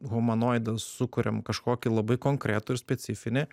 humanoidą sukuriam kažkokį labai konkretų ir specifinį